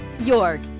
york